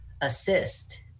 assist